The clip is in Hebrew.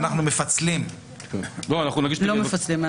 ואנחנו מפצלים --- אנחנו לא מפצלים.